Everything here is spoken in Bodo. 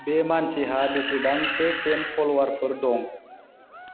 बे मानसिहा बेसेबांसो फेन फल'वारफोर दं